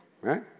Right